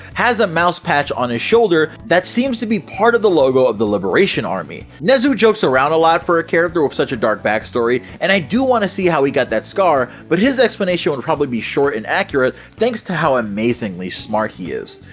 has a mouse patch on his shoulder that seems to be part of the logo of the liberation army! nezu jokes around alot for a character with such a dark backstory, and i do wanna see how he got that scar, but his explanation would and probably be short and accurate thanks to how amazingly smart he is!